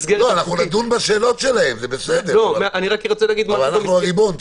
בשאלות שלהם, זה בסדר, אבל אנחנו הריבון.